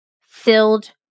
filled